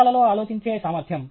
చిత్రాలలో ఆలోచించే సామర్థ్యం